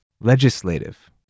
Legislative